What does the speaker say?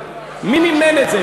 מי מימן את זה?